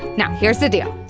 now, here's the deal.